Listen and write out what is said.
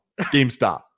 GameStop